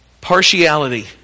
Partiality